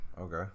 Okay